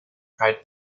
pride